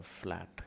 flat